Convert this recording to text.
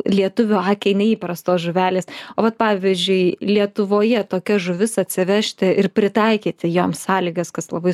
lietuvių akiai neįprastos žuvelės vat pavyzdžiui lietuvoje tokias žuvis atsivežti ir pritaikyti joms sąlygas kas labai